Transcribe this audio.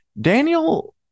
Daniel